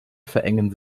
verengen